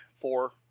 four